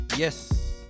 Yes